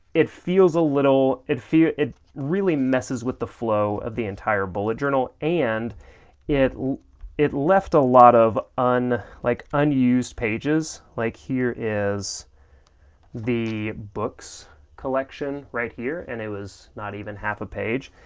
it feels a little, it feels it really messes with the flow of the entire bullet journal, and it it left a lot of like unused pages, like here is the books collection right here and it was not even half a page,